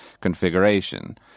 configuration